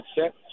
set